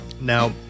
Now